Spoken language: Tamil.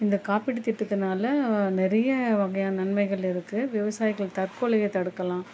இந்த காப்பீட்டுத் திட்டத்தினால நிறைய வகையான நன்மைகள் இருக்குது விவசாயிகள் தற்கொலையை தடுக்கலாம்